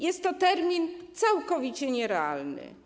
Jest to termin całkowicie nierealny.